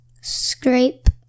scrape